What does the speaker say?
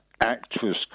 actress